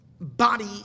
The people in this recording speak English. body